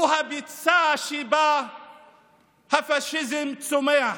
הוא הביצה שבה הפשיזם צומח.